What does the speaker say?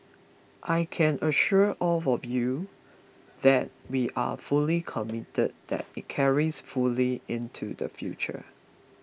I can assure all of you that we are fully committed that it carries fully into the future